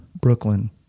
Brooklyn